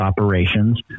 operations